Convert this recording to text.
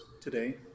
today